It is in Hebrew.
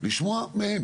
לשמוע מהם.